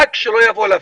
רק שלא יבואו להפריע.